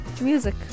Music